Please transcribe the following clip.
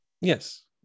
Yes